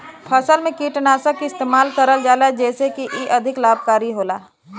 फसल में कीटनाशक के इस्तेमाल करल जाला जेसे की इ अधिक लाभकारी होला